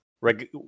Reg